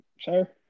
Sir